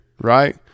right